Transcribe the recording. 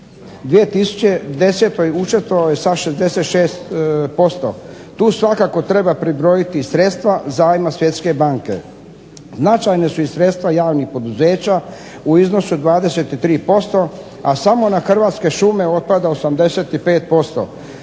2010. učestvovao je sa 66%. Tu svakako treba pribrojiti sredstva zajma Svjetske banke. Značajna su i sredstva javnih poduzeća u iznosu 23%, a samo na Hrvatske šume otpada 85%